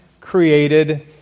created